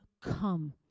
come